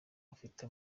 afite